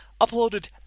uploaded